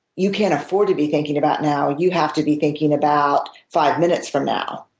you can't afford to be thinking about now. you have to be thinking about five minutes from now.